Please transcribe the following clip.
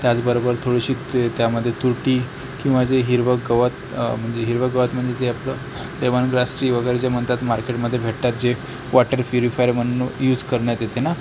त्याचबरोबर थोडीशी ते त्यामध्ये तुरटी किंवा जे हिरवं गवत म्हणजे हिरवं गवत म्हणजे ते आपलं ए वन ग्लासची वगैरे जे म्हणतात मार्केटमध्ये भेटतात जे वाटर प्युरीफायर म्हणून यूज करण्यात येते ना